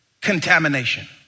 Contamination